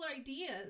ideas